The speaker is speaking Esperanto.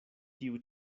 tiu